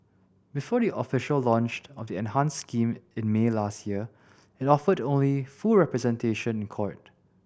before the official launch of the enhanced scheme in May last year it offered only full representation in court